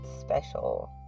special